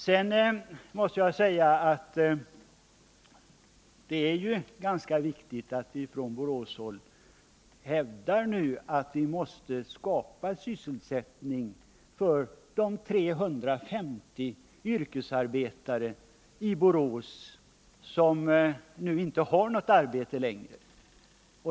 Sedan måste jag säga att det är ganska viktigt att vi som är från Borås hävdar att vi måste skapa sysselsättning för de 350 yrkesarbetare i Borås som nu inte har något arbete längre.